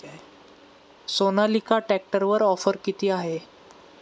सोनालिका ट्रॅक्टरवर ऑफर किती आहे?